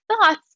thoughts